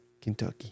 Kentucky